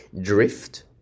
drift